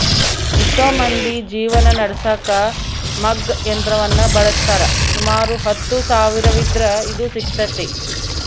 ಎಷ್ಟೊ ಮಂದಿ ಜೀವನ ನಡೆಸಕ ಮಗ್ಗ ಯಂತ್ರವನ್ನ ಬಳಸ್ತಾರ, ಸುಮಾರು ಹತ್ತು ಸಾವಿರವಿದ್ರ ಇದು ಸಿಗ್ತತೆ